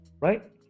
Right